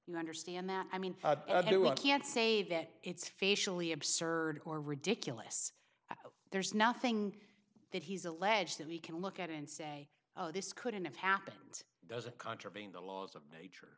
you understand that i mean i do i can't say that it's facially absurd or ridiculous there's nothing that he's alleged that we can look at and say oh this couldn't it happens doesn't contravene the laws of nature